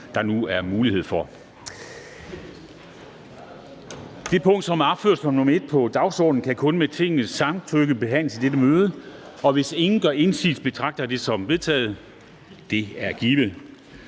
Dam Kristensen): Det punkt, som er opført som nr. 1 på dagsordenen, kan kun med Tingets samtykke behandles i dette møde. Hvis ingen gør indsigelse, betragter jeg det som givet. Det er givet.